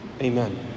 amen